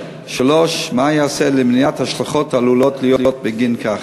3. מה ייעשה למניעת ההשלכות העלולות להיות לכך?